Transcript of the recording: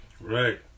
Right